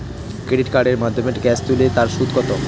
Credit কার্ডের মাধ্যমে cash তুলে তার সুদ কত?